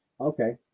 Okay